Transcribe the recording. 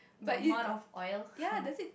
the amount of oil